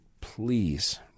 please